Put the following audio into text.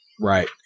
Right